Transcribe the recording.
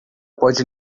pode